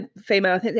female